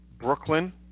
Brooklyn